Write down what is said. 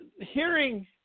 hearing